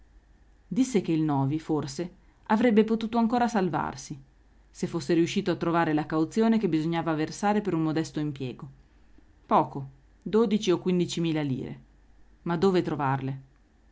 disse che il novi forse avrebbe potuto ancora salvarsi se fosse riuscito a trovare la cauzione che bisognava versare per un modesto impiego poco dodici o quindici mila lire ma dove trovarle